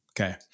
okay